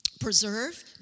preserve